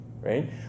right